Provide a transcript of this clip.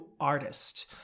artist